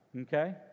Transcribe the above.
okay